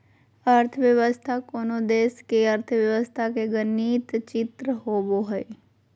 अर्थव्यवस्था कोनो देश के अर्थव्यवस्था के गणित चित्र होबो हइ